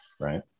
right